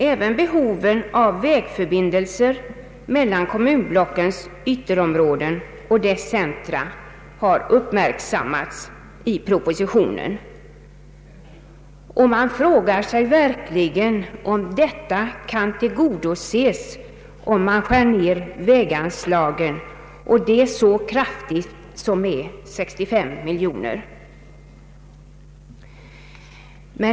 Även behovet av vägförbindelser mellan kommunblockens ytterområden och deras centra har uppmärksammats i propositionen. Man frågar sig emellertid om detta behov kan tillgodoses ifall väganslagen skärs ned — och det så kraftigt som med 65 miljoner.